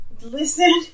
listen